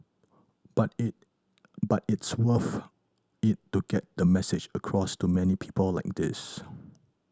but it but it's worth it to get the message across to many people like this